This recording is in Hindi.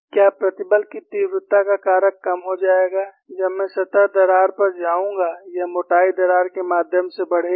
क्या प्रतिबल की तीव्रता का कारक कम हो जाएगा जब मैं सतह दरार पर जाऊंगा या मोटाई दरार के माध्यम से बढ़ेगा